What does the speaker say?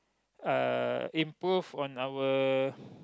uh improve on our